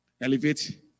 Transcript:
Elevate